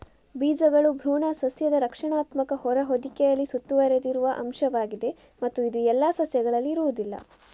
ಬೀಜಗಳು ಭ್ರೂಣ ಸಸ್ಯದ ರಕ್ಷಣಾತ್ಮಕ ಹೊರ ಹೊದಿಕೆಯಲ್ಲಿ ಸುತ್ತುವರೆದಿರುವ ಅಂಶವಾಗಿದೆ ಮತ್ತು ಇದು ಎಲ್ಲಾ ಸಸ್ಯಗಳಲ್ಲಿ ಇರುವುದಿಲ್ಲ